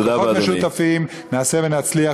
בכוחות משותפים נעשה ונצליח.